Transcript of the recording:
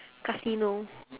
casino